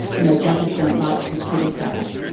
you know, judges don't like to be criticised.